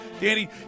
Danny